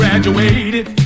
Graduated